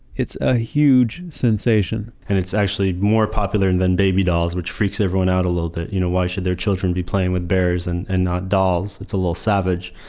it's a huge sensation and it's actually more popular and than baby dolls, which freaks everyone out a little bit. you know, why should their children be playing with bears and and not dolls? it's a little savage.